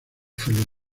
feliz